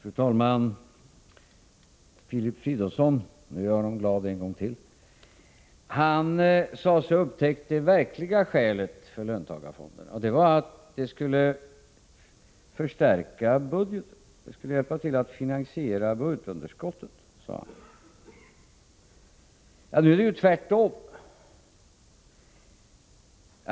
Fru talman! Filip Fridolfsson — nu gör jag honom glad en gång till — sade sig ha upptäckt det verkliga skälet för löntagarfonderna, nämligen att de skulle förstärka budgeten och hjälpa till att finansiera budgetunderskottet. Nu är det ju tvärtom.